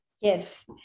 Yes